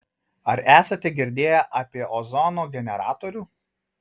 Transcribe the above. ar esate girdėję apie ozono generatorių